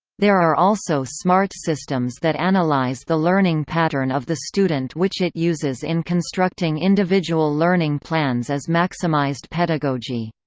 there are also smart systems that analyze the learning pattern of the student which it uses in constructing individual learning plans as maximized pedagogy.